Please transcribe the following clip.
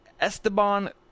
Esteban